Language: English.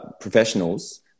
professionals